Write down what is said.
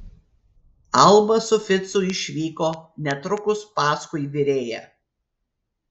alba su ficu išvyko netrukus paskui virėją